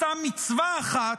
עשה מצווה אחת,